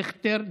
אבי דיכטר,